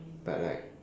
but like